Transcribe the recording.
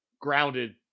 grounded